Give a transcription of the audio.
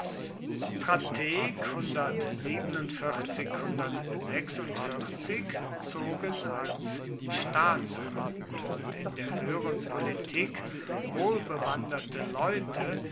strateg zogen als staatskluge und in der höheren politik wohlbewanderte leute